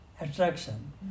attraction